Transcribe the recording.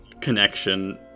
connection